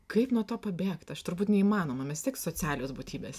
kaip nuo to pabėgt aš turbūt neįmanoma mes vis tiek socialios būtybės